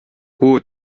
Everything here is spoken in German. hohe